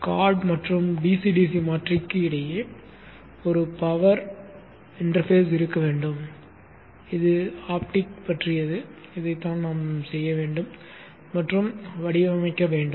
card மற்றும் DC DC மாற்றிக்கு இடையே ஒரு பவர் இன்டர்ஃபேஸ் இருக்க வேண்டும் இது ஆப்டிக் பற்றியது இதைத்தான் நாம் செய்ய வேண்டும் மற்றும் வடிவமைக்க வேண்டும்